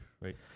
Right